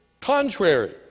contrary